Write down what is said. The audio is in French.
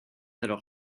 alors